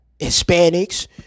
Hispanics